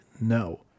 No